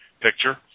picture